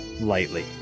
lightly